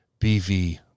BV